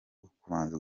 ukubanza